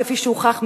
כפי שהוכח,